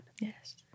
Yes